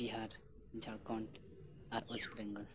ᱵᱤᱦᱟᱨ ᱡᱷᱟᱲᱠᱷᱚᱱᱰ ᱟᱨ ᱚᱭᱮᱥᱴ ᱵᱮᱝᱜᱚᱞ